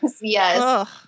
Yes